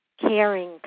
caring